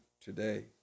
today